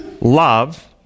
love